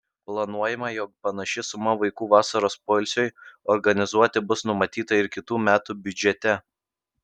planuojama jog panaši suma vaikų vasaros poilsiui organizuoti bus numatyta ir kitų metų biudžete